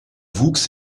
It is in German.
wuchs